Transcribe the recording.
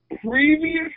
previous